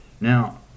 Now